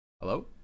Hello